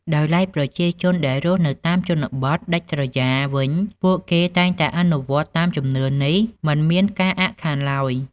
ដោយឡែកប្រជាជនដែលរស់នៅតាមដំបន់ជនបទដាច់ស្រយាលវិញពួកគាត់តែងតែអនុវត្តន៏តាមជំនឿនេះមិនមានការអាក់ខានឡើយ។